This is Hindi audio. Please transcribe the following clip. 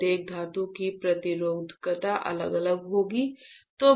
प्रत्येक धातु की प्रतिरोधकता अलग अलग होगी